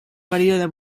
període